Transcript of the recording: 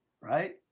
right